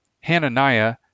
Hananiah